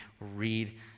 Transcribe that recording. read